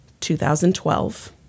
2012